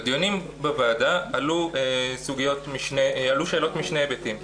בדיונים בוועדה עלו שאלות משני היבטים: